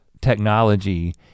technology